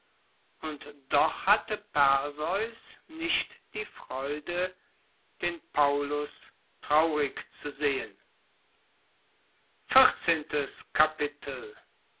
und doch hatte perseus nicht die freude den paullus traurig zu sehen